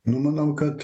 nu manau kad